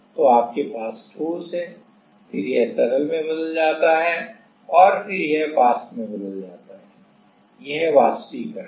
तो आपके पास ठोस है फिर यह तरल में बदल जाता है और फिर यह वाष्प में बदल जाता है यह वाष्पीकरण है